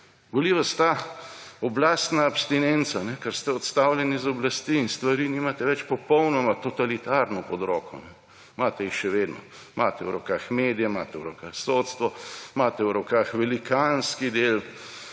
Boli vas ta oblastna abstinenca, ker ste odstavljeni z oblasti in stvari nimate več popolnoma totalitarno pod roko. Imate jih še vedno: imate v rokah medije, imate v rokah sodstvo, imate v rokah velikanski del